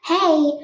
hey